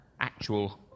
actual